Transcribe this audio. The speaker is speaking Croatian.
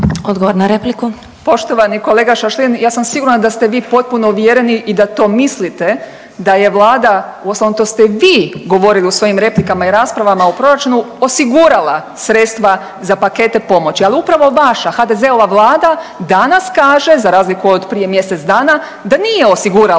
Odgovor na repliku.